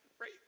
right